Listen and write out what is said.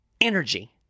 energy